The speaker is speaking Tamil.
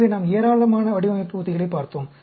எனவே நாம் ஏராளமான வடிவமைப்பு உத்திகளைப் பார்த்தோம்